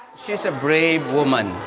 she's a brave woman